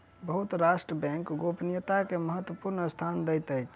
बहुत राष्ट्र बैंक गोपनीयता के महत्वपूर्ण स्थान दैत अछि